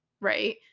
right